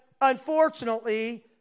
unfortunately